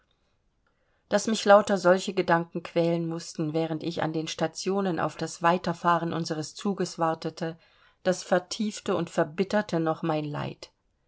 daß mich lauter solche gedanken quälen mußten während ich an den stationen auf das weiterfahren unseres zuges wartete das vertiefte und verbitterte noch mein leid